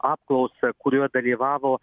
apklausą kurioje dalyvavo